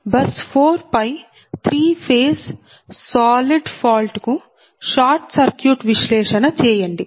bus 4 పై three phase solid solid ఘన fault కు షార్ట్ సర్క్యూట్ విశ్లేషణ చేయండి